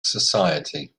society